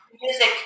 music